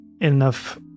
enough